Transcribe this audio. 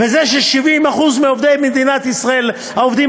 וזה ש-70% מעובדי מדינת ישראל העובדים